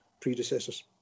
predecessors